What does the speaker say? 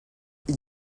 ils